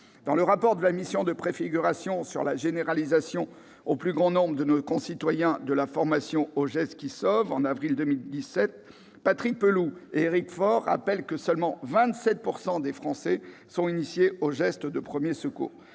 Dans le rapport de la mission de préfiguration sur la généralisation au plus grand nombre de nos concitoyens de la formation aux gestes qui sauvent, en avril 2017, Patrick Pelloux et Éric Faure rappellent que seulement 27 % des Français sont initiés aux gestes de premiers secours.